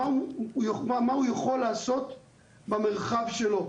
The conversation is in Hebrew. מה הוא יכול לעשות במרחב שלו.